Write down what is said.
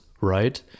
right